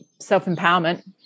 self-empowerment